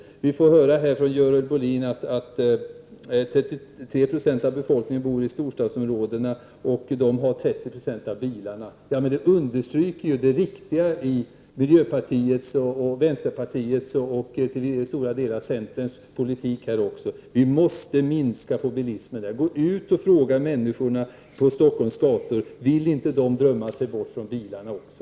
Vi får höra av Görel Bohlin att 33 70 av befolkningen bor i storstadsområdena och att de har 30 90 av bilarna. Det understryker ju det riktiga i miljöpartiets, vänsterpartiets och till stora delar centerns politik. Vi måste minska bilismen. Gå ut och fråga människorna på Stockholms gator. Vill inte de drömma sig bort från bilarna också?